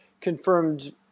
confirmed